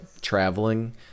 traveling